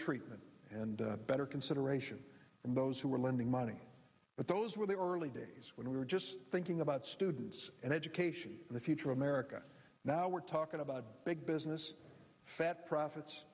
treatment and better consideration from those who were lending money but those were the early days when we were just thinking about students and education and the future of america now we're talking about big business fat profits